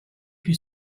più